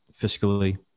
Fiscally